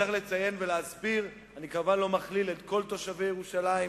צריך לציין ולהסביר: אני כמובן לא מכליל את כל תושבי מזרח-ירושלים.